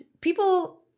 people